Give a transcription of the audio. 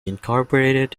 incorporated